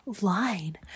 line